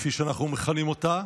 כפי שאנחנו מכנים אותה,